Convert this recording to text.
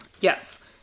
Yes